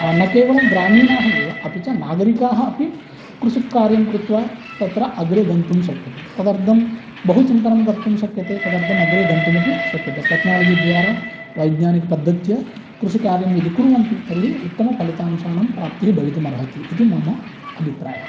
न केवलं ग्रामीणाः एव अपि च नागरिकाः अपि कृषिकार्यं कृत्वा तत्र अग्रे गन्तुं शक्यते तदर्थं बहु चिन्तनं करतुं शक्यते तदर्दं अग्रे गन्तुम् अपि शक्यते टेक्नालाजी द्वारा वैज्ञानिकपद्धत्या कृषिकार्यं यदि कुर्वन्ति तर्हि उत्तम फलितांशानां प्राप्तिः भवितुम् अर्हति इति मम अभिप्रायः